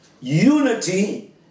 unity